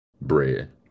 bread